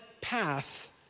path